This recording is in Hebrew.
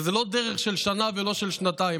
וזו לא דרך של שנה ולא של שנתיים,